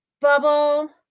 bubble